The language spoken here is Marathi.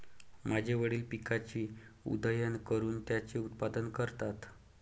माझे वडील पिकाची उधळण करून त्याचे उत्पादन करतात